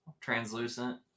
translucent